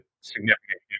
significant